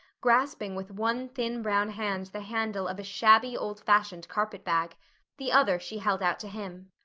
grasping with one thin brown hand the handle of a shabby, old-fashioned carpet-bag the other she held out to him.